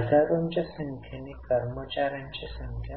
आता कर्जदारांना खाली जाण्यासाठी